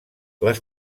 les